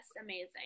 amazing